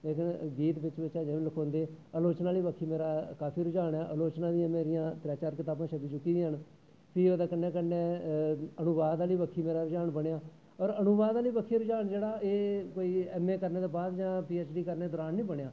गीत बिच्च बिच्च अजैं बी लखोंदे आलोचना आह्ली बक्खी मेरी काफी रुझान ऐ अलोचनां दियां मेरियां त्रै चार कतावां छपी चुकी दियां न फ्ही ओह्दे कन्नै कन्नै उनुवाद आह्ली बक्खी मेरी रुझान बनेआ और अनुवाद आह्ली बक्खी रुझान एह् ऐम ए दे बाद जां पी ऐच डी दे दौरान नी बनेआ